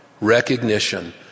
recognition